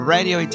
Radio